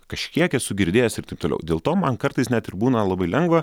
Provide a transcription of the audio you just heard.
kažkiek esu girdėjęs ir taip toliau dėl to man kartais net ir būna labai lengva